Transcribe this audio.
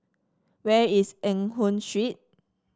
where is Eng Hoon Street